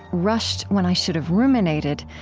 rushed when i should have ruminated,